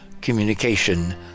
communication